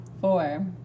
Four